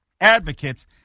advocates